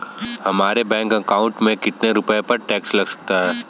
हमारे bank account में कितने रुपये पर टैक्स लग सकता है?